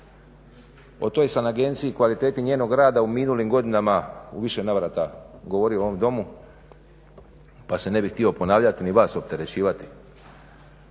o toj sam agenciji i kvaliteti njenog rada u minulim godinama u više navrata govorio u ovom domu pa se ne bih htio ponavljati ni vas opterećivati